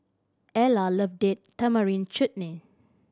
Ellar love Date Tamarind Chutney